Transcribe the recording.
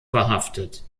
verhaftet